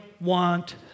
want